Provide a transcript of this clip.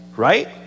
right